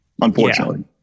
unfortunately